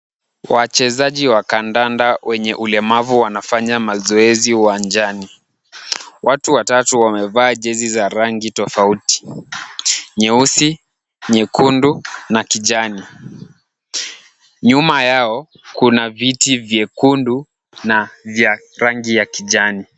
Wachezaji wa kandanda wenye ulemavu wanafanya mazoezi uwanjani. Watu watatu wamevaa jezi za rangi tofauti, nyeusi, nyekundu na kijani. Nyuma yao kuna viti vyekundu na vya rangi ya kijani.